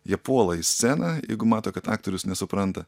jie puola į sceną jeigu mato kad aktorius nesupranta